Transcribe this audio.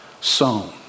sown